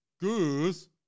goose